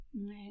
Right